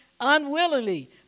unwillingly